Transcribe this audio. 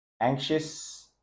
Anxious